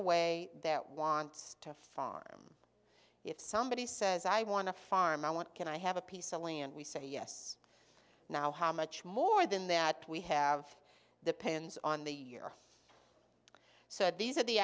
away that wants to farm if somebody says i want to farm i want can i have a piece of land we say yes now how much more than that we have depends on the year so these are the